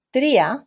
Tria